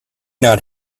not